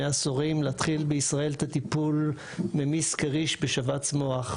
עשורים להתחיל בישראל את הטיפול ממיס קריש בשבץ מוח,